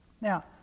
Now